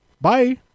Bye